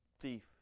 thief